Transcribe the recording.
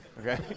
Okay